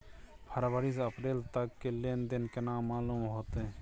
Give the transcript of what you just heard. फरवरी से अप्रैल तक के लेन देन केना मालूम होते?